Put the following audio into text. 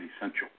essential